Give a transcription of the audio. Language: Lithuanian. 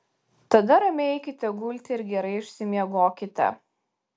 tada ramiai eikite gulti ir gerai išsimiegokite